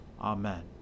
Amen